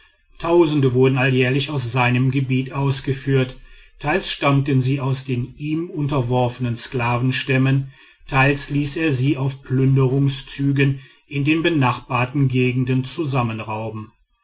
tausende wurden alljährlich aus seinem gebiet ausgeführt teils stammten sie aus den ihm unterworfenen sklavenstämmen teils ließ er sie auf plünderungszügen in den benachbarten gegenden zusammenrauben